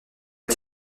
est